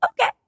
okay